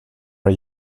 are